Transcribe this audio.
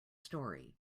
story